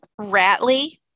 Ratley